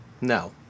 No